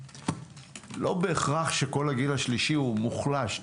לא בהכרח שכל הגיל השלישי הוא מוחלש,